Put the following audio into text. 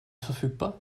verfügbar